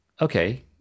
okay